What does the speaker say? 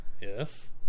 Yes